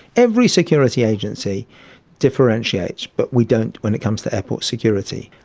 every security agency differentiates, but we don't when it comes to airport security.